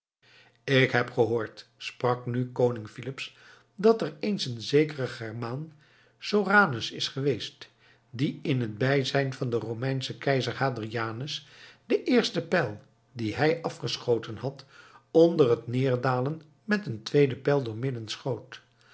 ik heb gehoord sprak nu koning filips dat er eens een zekere germaan soranus is geweest die in het bijzijn van den romeinschen keizer hadrianus den eersten pijl dien hij afgeschoten had onder het neerdalen met een tweeden pijl doormidden schoot